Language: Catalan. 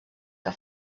que